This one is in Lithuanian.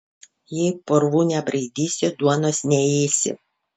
jei purvų nebraidysi duonos neėsi